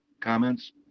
comments